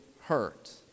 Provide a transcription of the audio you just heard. hurt